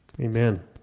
Amen